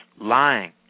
lying